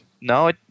no